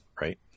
right